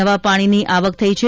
નવા પાણીની આવક થઇ છે